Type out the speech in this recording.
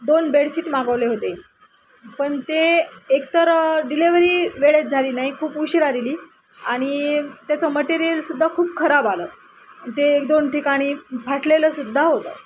दोन बेडशीट मागवले होते पण ते एकतर डिलेवरी वेळेत झाली नाही खूप उशीर दिली आणि त्याचं मटेरियलसुद्धा खूप खराब आलं ते एक दोन ठिकाणी फाटलेलंसुद्धा होतं